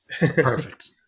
perfect